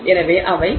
எனவே அவை 0